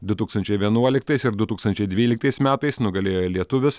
du tūkstančiai vienuoliktais ir du tūkstančiai dvyliktais metais nugalėjo lietuvis